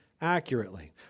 accurately